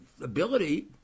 ability